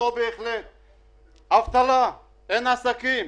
יש אבטלה, אין עסקים.